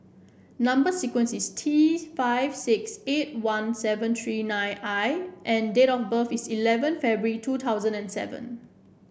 number sequence is T five six eight one seven three nine I and date of birth is eleven February two thousand and seven